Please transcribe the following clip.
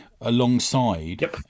alongside